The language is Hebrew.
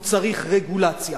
הוא צריך רגולציה.